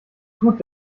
gut